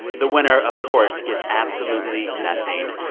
the winner, of course, gets absolutely nothing.